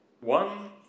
One